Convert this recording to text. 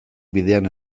bidean